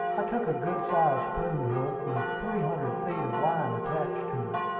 i took a good-sized spoon-hook, with three hundred feet of line attached to it,